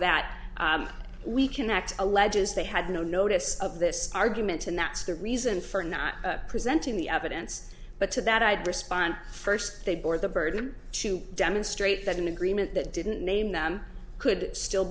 that we can act alleges they had no notice of this argument and that's the reason for not presenting the evidence but to that i'd respond first they bore the burden to demonstrate that an agreement that didn't name them could still